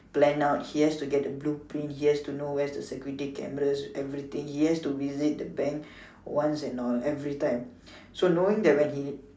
plan out he has to the get the blue print he has to know where's the security cameras everything he has to visit the bank once and or everytime so knowing he